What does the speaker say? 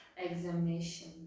Examination